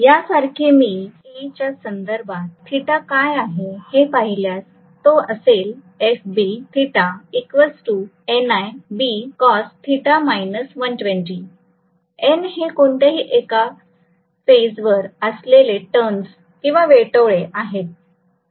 यासारखेच मी FB च्या संदर्भात θ काय आहे हे पाहिल्यास तो असेल FB θ NiB cosθ −120 N हे कोणत्याही एका फेज वर असलेले टर्न्स वेटोळे आहेत